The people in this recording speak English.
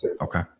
Okay